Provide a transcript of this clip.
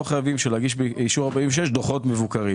שלא חייבים להגיש דוחות מבוקרים